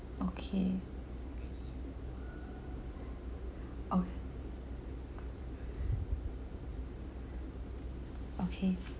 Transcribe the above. okay oh okay